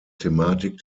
thematik